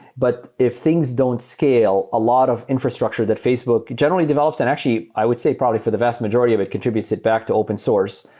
but if things don't scale, a lot of infrastructure that facebook generally develops, and actually i would say probably for the vast majority of it, contributes it back to open source.